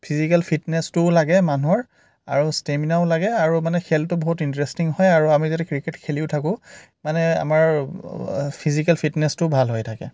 physical ফিটনেচটোও লাগে মানুহৰ আৰু ষ্টেমিনাও লাগে আৰু মানে খেলটো বহুত ইন্টাৰেষ্টিং হয় আৰু আমি যদি ক্ৰিকেট খেলিও থাকোঁ মানে আমাৰ ফিজিকেল ফিটনেচটোও ভাল হৈ থাকে